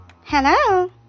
Hello